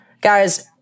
guys